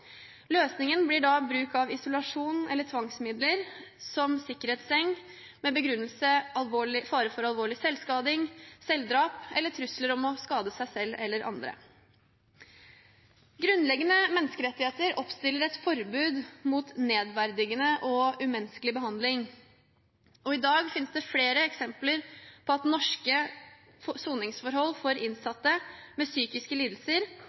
Løsningen blir da bruk av isolasjon eller tvangsmidler som sikkerhetsseng, med begrunnelse fare for alvorlig selvskading, selvdrap eller trusler om å skade seg selv eller andre. Grunnleggende menneskerettigheter oppstiller et forbud mot nedverdigende og umenneskelig behandling. I dag finnes det flere eksempler på at norske soningsforhold for innsatte med psykiske lidelser